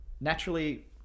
Naturally